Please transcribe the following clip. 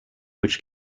which